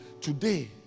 Today